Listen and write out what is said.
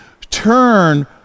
turn